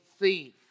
thief